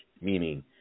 meaning